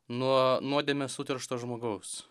nuo nuodėmės suteršto žmogaus